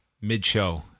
mid-show